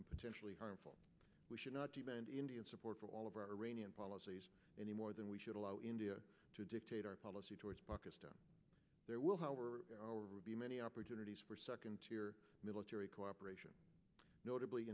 and potentially harmful we should not demand indian support for all of our rainy and policies any more than we should allow india to dictate our policy towards pakistan there will be many opportunities for second tier military cooperation notably